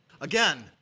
Again